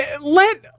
let